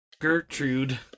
Gertrude